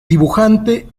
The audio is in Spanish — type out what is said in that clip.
dibujante